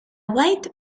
white